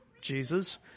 Jesus